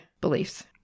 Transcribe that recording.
beliefs